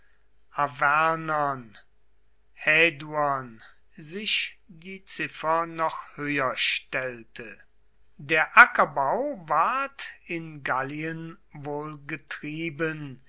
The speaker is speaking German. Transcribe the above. sich die ziffer noch höher stellte der ackerbau ward in gallien wohl getrieben